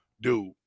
dude